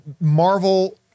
Marvel